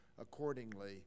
accordingly